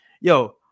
Yo